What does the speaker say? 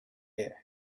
air